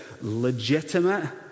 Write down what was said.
legitimate